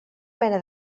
mena